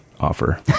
offer